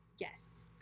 Yes